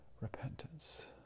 repentance